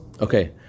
Okay